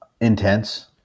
Intense